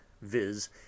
viz